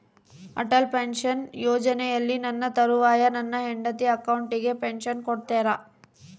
Atal pension ಯೋಜನೆಯಲ್ಲಿ ನನ್ನ ತರುವಾಯ ನನ್ನ ಹೆಂಡತಿ ಅಕೌಂಟಿಗೆ ಪೆನ್ಶನ್ ಕೊಡ್ತೇರಾ?